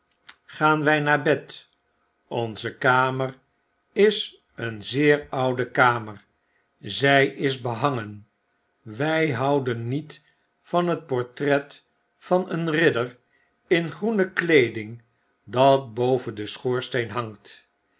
gaan wij naar bed onze kamer is een zeer oude kamer zy is behangen wy houden niet van het portret van een ridder in groene weeding dat boven den schoorsteen hangt